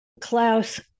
Klaus